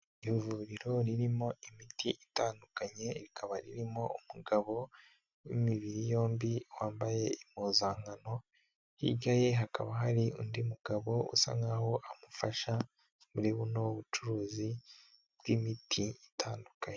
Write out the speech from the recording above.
Ivuriro ririmo imiti itandukanye rikaba ririmo umugabo w'imibiri yombi wambaye impuzankano, hirya ye hakaba hari undi mugabo usa nkaho amufasha muri buno bucuruzi bw'imiti itandukanye.